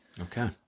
Okay